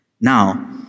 Now